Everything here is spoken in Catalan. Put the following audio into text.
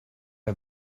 que